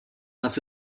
must